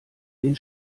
den